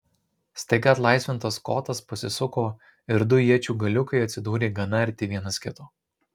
staiga atlaisvintas kotas pasisuko ir du iečių galiukai atsidūrė gana arti vienas kito